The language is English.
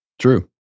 True